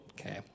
okay